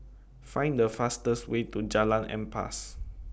Find The fastest Way to Jalan Ampas